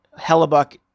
Hellebuck